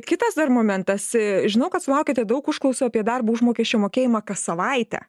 kitas dar momentas žinau kad sulaukiate daug užklausų apie darbo užmokesčio mokėjimą kas savaitę